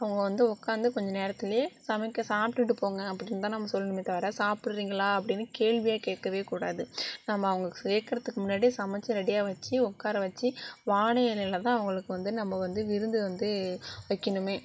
அவங்க வந்து உக்காந்து கொஞ்ச நேரத்துலேயே சமைக்க சாப்பிட்டுட்டு போங்க அப்படின்னு தான் நம்ம சொல்லணுமே தவிர சாப்பிட்றீங்களா அப்படினு கேள்வியே கேட்கவே கூடாது நம்ம அவங்க கேட்குறதுக்கு முன்னாடியே சமைத்து ரெடியாக வச்சு உக்கார வச்சு வாழை இலையில தான் அவங்களுக்கு வந்து நம்ம வந்து விருந்து வந்து வைக்கணுமே